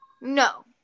No